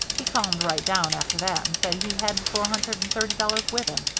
he calmed right down after that and said he hadn't four hundred and thirty dollars with him,